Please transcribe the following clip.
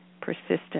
persistent